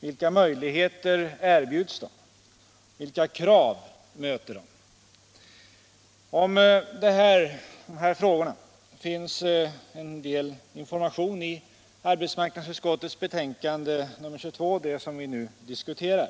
Vilka möjligheter erbjuds dem? Vilka krav möter dem? Om de här frågorna finns en del information i arbetsmarknadsutskottets betänkande nr 22, som vi nu diskuterar.